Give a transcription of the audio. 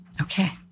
Okay